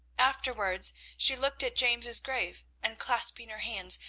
afterwards she looked at james's grave and, clasping her hands,